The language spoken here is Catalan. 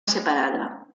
separada